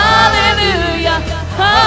Hallelujah